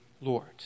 Lord